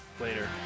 Later